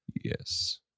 yes